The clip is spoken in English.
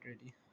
ready